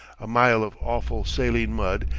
a mile of awful saline mud,